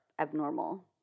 abnormal